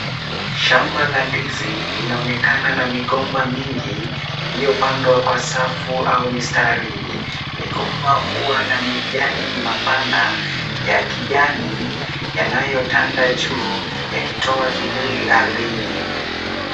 Shamba la ndizi linaonekana na migomba mingi, iliyopandwa kwa safu au mistari. Migomba huwa na majani mapana ya kijani yanayotanda juu, yakitoa kivuli ardhini.